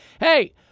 hey